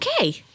okay